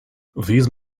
these